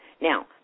Now